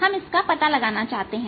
हम इसका पता लगाना चाहते हैं